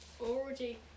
already